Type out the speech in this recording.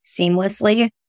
seamlessly